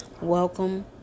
Welcome